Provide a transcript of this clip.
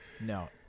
no